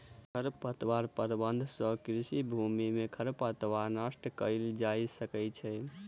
खरपतवार प्रबंधन सँ कृषि भूमि में खरपतवार नष्ट कएल जा सकै छै